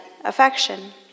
affection